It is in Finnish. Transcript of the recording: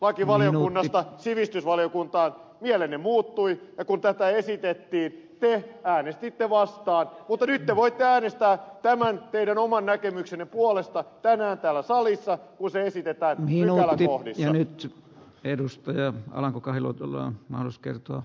matkalla perustuslakivaliokunnasta sivistysvaliokuntaan mielenne muuttui ja kun tätä esitettiin te äänestitte vastaan mutta nyt te voitte äänestää tämän teidän oman näkemyksenne puolesta tänään täällä salissa kun se esitetään hienoa on jäänyt edustaja alanko kahiluoto lea mars pykäläkohdissa